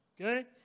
Okay